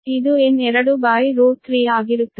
ಇದು N23 ಆಗಿರುತ್ತದೆ